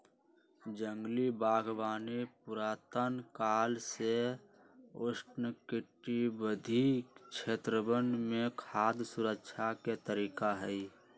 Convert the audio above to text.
जंगल बागवानी पुरातन काल से उष्णकटिबंधीय क्षेत्रवन में खाद्य सुरक्षा के तरीका हई